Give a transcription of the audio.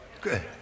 Good